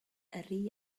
yrru